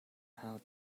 how